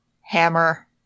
HAMMER